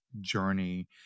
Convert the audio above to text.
journey